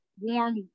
warm